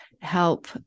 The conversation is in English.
help